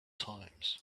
times